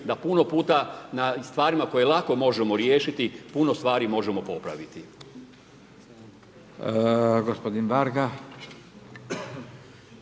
da puno puta na stvarima koje lako možemo riješiti, puno stvari možemo popraviti.